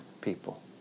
people